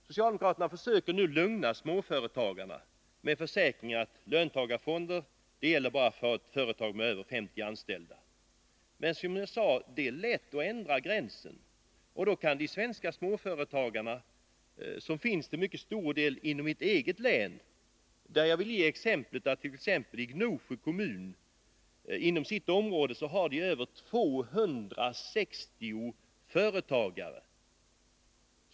Socialdemokraterna försöker nu lugna småföretagarna med försäk ringar att löntagarfonder bara gäller företag med över 50 anställda. Men, som jag sade, det är lätt att ändra den gränsen. I mitt eget län finns det många småföretagare. Inom Gnosjö kommun t.ex. finns det över 260 företagare.